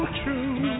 true